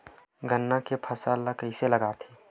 गन्ना के फसल ल कइसे लगाथे?